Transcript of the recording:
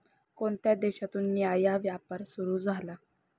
कोणत्या देशातून न्याय्य व्यापार सुरू झाला?